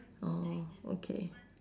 orh okay